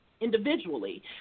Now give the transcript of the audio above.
individually